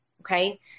okay